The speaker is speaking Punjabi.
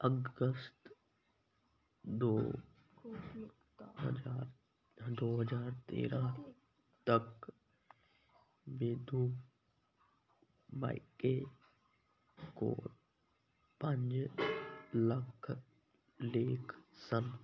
ਅਗਸਤ ਦੋ ਹਜ਼ਾਰ ਦੋ ਹਜ਼ਾਰ ਤੇਰ੍ਹਾਂ ਤੱਕ ਬੈਦੂ ਬਾਈਕੇ ਕੋਲ ਪੰਜ ਲੱਖ ਲੇਖ ਸਨ